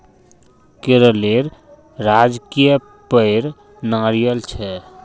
केरलेर राजकीय पेड़ नारियल छे